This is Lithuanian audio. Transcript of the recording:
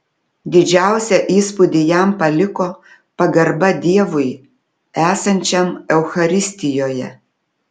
didžiausią įspūdį jam paliko pagarba dievui esančiam eucharistijoje